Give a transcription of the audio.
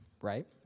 Right